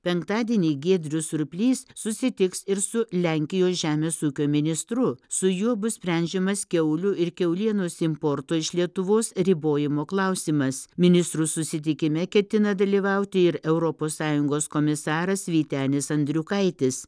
penktadienį giedrius surplys susitiks ir su lenkijos žemės ūkio ministru su juo bus sprendžiamas kiaulių ir kiaulienos importo iš lietuvos ribojimo klausimas ministrų susitikime ketina dalyvauti ir europos sąjungos komisaras vytenis andriukaitis